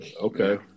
okay